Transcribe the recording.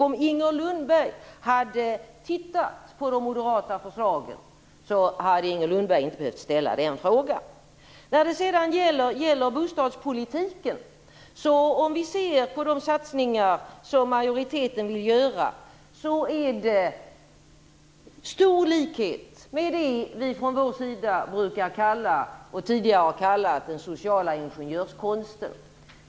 Om Inger Lundberg hade tittat på de moderata förslagen hade hon inte behövt ställa den frågan. När det gäller de satsningar inom bostadspolitiken som majoriteten vill göra är det stor likhet med det vi från vår sida tidigare har kallat den sociala ingenjörskonsten.